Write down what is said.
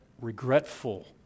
regretful